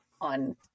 on